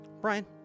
Brian